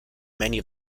many